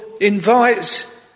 invites